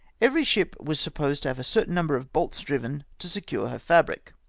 every ship was supposed to have a certain number of bolts driven to secure her fabric.